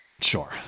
Sure